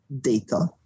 data